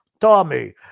Tommy